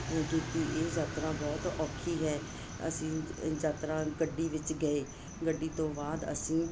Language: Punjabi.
ਕੀਤੀ ਇਹ ਯਾਤਰਾ ਬਹੁਤ ਔਖੀ ਹੈ ਅਸੀਂ ਯਾਤਰਾ ਗੱਡੀ ਵਿੱਚ ਗਏ ਗੱਡੀ ਤੋਂ ਬਾਅਦ ਅਸੀਂ